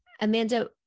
Amanda